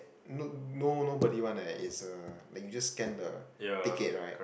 look no nobody [one] eh is a they just scan the ticket right